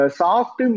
soft